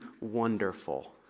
wonderful